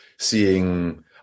seeing